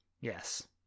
yes